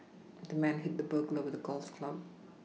the man hit the burglar with a golf club